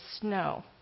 snow